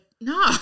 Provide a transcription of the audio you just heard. no